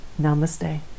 Namaste